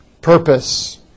purpose